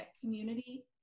community